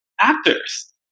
actors